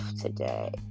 today